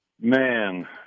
Man